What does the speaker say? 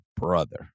brother